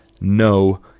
no